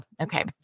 okay